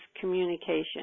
communication